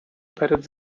перед